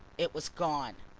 it was gone!